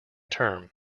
term